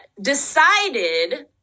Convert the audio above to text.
decided